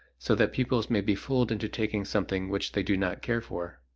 so that pupils may be fooled into taking something which they do not care for.